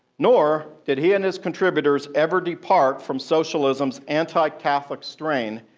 nor did he and his contributors ever depart from socialism's anti-catholic strain,